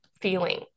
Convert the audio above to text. feeling